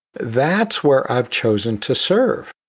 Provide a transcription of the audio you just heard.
that's where i've chosen to serve.